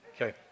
Okay